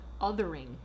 othering